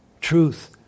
truth